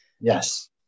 Yes